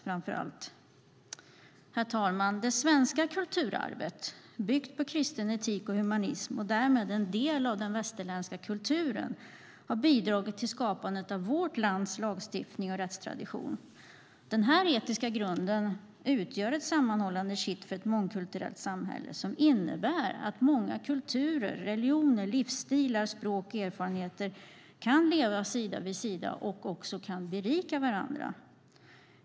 Herr talman! Det svenska kulturarvet, byggt på kristen etik och humanism och därmed en del av den västerländska kulturen har bidragit till skapandet av vårt lands lagstiftning och rättstradition. Denna etiska grund utgör ett sammanhållande kitt för ett mångkulturellt samhälle som innebär att många kulturer, religioner, livsstilar, språk och erfarenheter kan leva sida vid sida och också kan berika varandra.